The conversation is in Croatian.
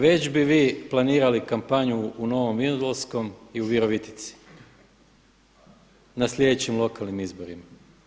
Već bi vi planirali kampanju u Novom Vinodolskom i u Virovitici na sljedećim lokalnim izborima.